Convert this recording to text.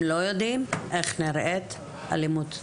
הם לא יודעים איך נראית אלימות?